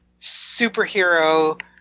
superhero